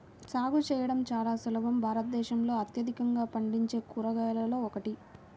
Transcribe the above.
సాగు చేయడం చాలా సులభం భారతదేశంలో అత్యధికంగా పండించే కూరగాయలలో ఒకటి